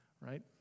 right